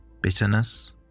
Bitterness